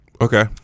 Okay